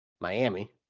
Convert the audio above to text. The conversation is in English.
Miami